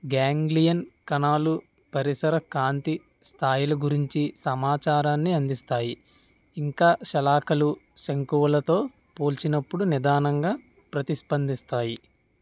ganglion కణాలు పరిసర కాంతి స్థాయిలు గురించి సమాచారాన్ని అందిస్తాయి ఇంకా శలాకలు శంకువులతో పోల్చినప్పుడు నిదానంగా ప్రతిస్పందిస్తాయి